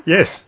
Yes